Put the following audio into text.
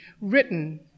written